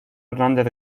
hernández